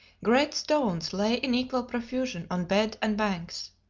great stones lay in equal profusion on bed and banks.